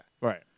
Right